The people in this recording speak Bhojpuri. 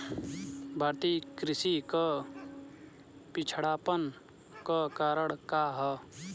भारतीय कृषि क पिछड़ापन क कारण का ह?